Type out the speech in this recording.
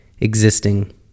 existing